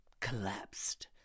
collapsed